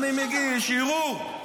אני מגיש ערעור.